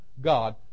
God